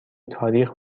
تاریخ